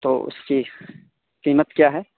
تو اس کی قیمت کیا ہے